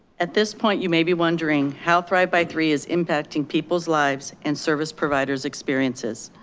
at this point, you may be wondering how thrive by three is impacting people's lives and service providers experiences.